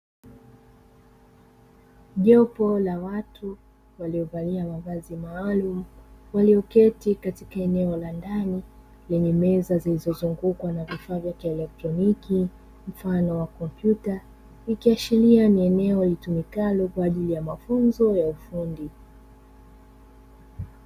Jopo la watu waliovalia mavazi maalumu walioketi katika eneo la ndani lenye meza zilizozungukwa na vifaa vya kielektroniki mfano kompyuta, ikiashiria ni eneo litumikalo kwa ajili ya mafunzo ya ufundi.